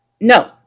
no